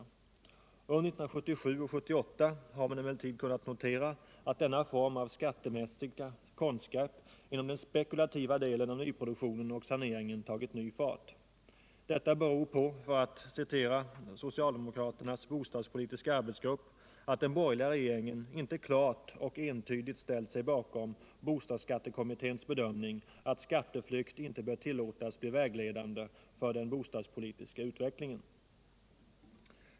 Under 1977 och 1978 har man emellertid kunnat notera att denna form av skattemässiga konstgrepp inom den spekulativa delen av nyproduktionen och saneringen tagit ny fart. Detta beror på, för att återge vad socialdemokraternas bostadspolitiska arbetsgrupp sagt, att den borgerliga regeringen inte klart och entydigt ställt sig bakom bostadsskattekommitténs bedömning, att skatteflykt inte bör tillåtas bli vägledande för den bostadspolitiska utvecklingen.